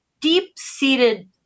deep-seated